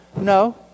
no